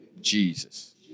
Jesus